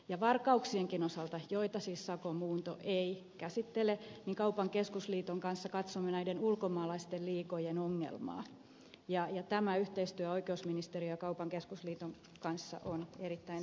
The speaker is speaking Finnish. varkauksienkin osalta joita siis sakon muunto ei käsittele kaupan keskusliiton kanssa katsomme näiden ulkomaalaisten liigojen ongelmaa ja tämä yhteistyö oikeusministeriön ja kaupan keskusliiton kanssa on erittäin toimivaa